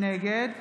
נגד